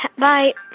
bye